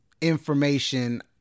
information